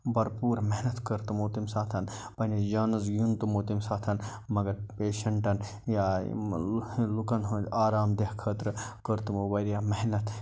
برپوٗر محنت کٔر تِمو تَمہِ ساتہٕ پَننِس جانس گیُنٛد تِمو تَمہِ ساتہٕ مگر پیشنٹن یا لُکن ہُنٛد آرام دیٚہ خٲطرٕ کٔر تمو وارِیاہ محنت